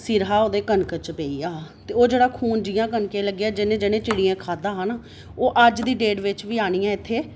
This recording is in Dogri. सिर हा ओह् कनक च पेई गेआ हा ते ओह् जेह्ड़ा खून कनक च पेई गेआ ओह् जेह्ड़ा जेह्ड़ा चिड़ियें खाद्धा हा ना ओह् अज्ज दी डेट बिच आनियै इत्थें